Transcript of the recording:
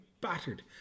battered